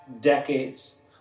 decades